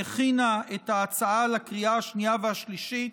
שהכינה את ההצעה לקריאה השנייה והשלישית,